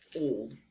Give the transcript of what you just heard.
old